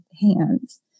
hands